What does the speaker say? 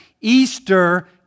Easter